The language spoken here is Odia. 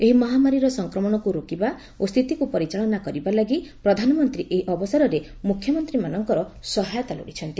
ଏହି ମହାମାରୀର ସଂକ୍ରମଣକୁ ରୋକିବା ଓ ସ୍ଥିତିକୁ ପରିଚାଳନା କରିବା ଲାଗି ପ୍ରଧାନମନ୍ତ୍ରୀ ଏହି ଅବସରରେ ମୁଖ୍ୟମନ୍ତ୍ରୀମାନଙ୍କର ସହାୟତା ଲୋଡ଼ିଛନ୍ତି